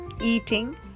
eating